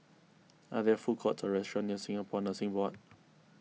are there food courts or restaurants near Singapore Nursing Board